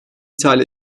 ithal